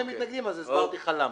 למה הם מתנגדים, הסברתי לך למה.